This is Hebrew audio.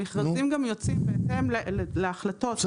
המכרזים גם יוצאים בהתאם להחלטות של